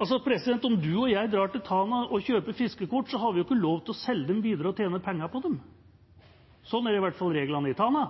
Altså: Om du og jeg drar til Tana og kjøper fiskekort, har vi ikke lov til å selge dem videre og tjene penger på dem, sånn er i hvert fall reglene i Tana,